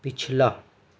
پچھلا